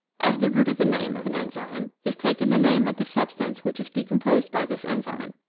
as the root of the name of an enzyme, is taken the name of the substance which is decomposed by this enzyme.